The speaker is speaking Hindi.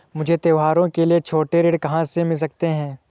मुझे त्योहारों के लिए छोटे ऋण कहाँ से मिल सकते हैं?